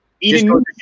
eating